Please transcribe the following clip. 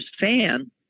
fan